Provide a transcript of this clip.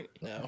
No